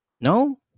No